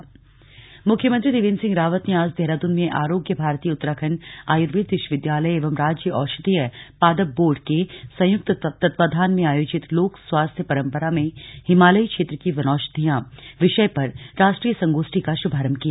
राष्ट्रीय संगोष्ठी मुख्यमंत्री त्रिवेन्द्र सिंह रावत ने आज देहरादून में आरोग्य भारती उत्तराखण्ड आयुर्वेद विश्विद्यालय एवं राज्य औषधीय पादप बोर्ड के संयुक्त तत्वाधान में आयोजित लोक स्वास्थ्य परम्परा में हिमालयी क्षेत्र की वनौषधियां विषय पर राष्ट्रीय संगोष्ठी का शुभारम्भ किया